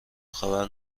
خبر